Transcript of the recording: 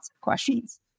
questions